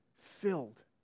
filled